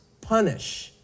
punish